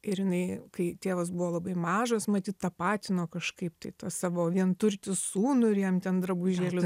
ir jinai kai tėvas buvo labai mažas matyt tapatino kažkaip tai tą savo vienturtį sūnų ir jam ten drabužėlius